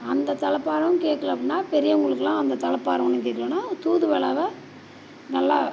அந்த தலை பாரம் கேட்கல அப்படின்னா பெரியவர்களுக்குலாம் அந்த தலை பாரம் ஒன்றும் கேட்கலன்னா தூதுவளாவை நல்லா